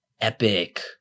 epic